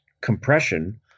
compression